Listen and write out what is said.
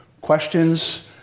questions